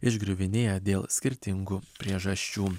išgriuvinėję dėl skirtingų priežasčių